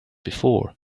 before